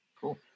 Cool